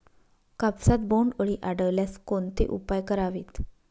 कापसात बोंडअळी आढळल्यास कोणते उपाय करावेत?